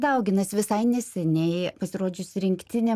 dauginas visai neseniai pasirodžiusi rinktinė